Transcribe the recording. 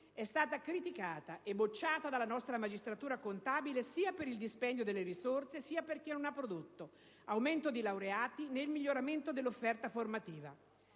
è stata criticata e bocciata dalla nostra magistratura contabile sia per il dispendio delle risorse, sia perché non ha prodotto aumento di laureati, né il miglioramento dell'offerta formativa;